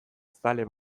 zale